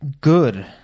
good